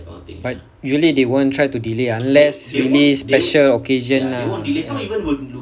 but usually they won't try to delay unless really special occasion ah ya